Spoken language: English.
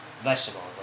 vegetables